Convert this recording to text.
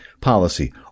policy